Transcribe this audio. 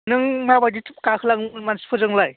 नों माबायदिथ' गाखोलाङोमोन मानसिफोरजोंलाय